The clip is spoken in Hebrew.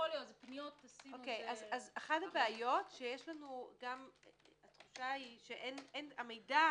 אחת הבעיות - התחושה היא שהמידע